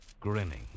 grinning